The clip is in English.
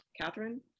Catherine